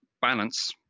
balance